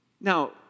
Now